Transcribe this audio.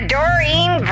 Doreen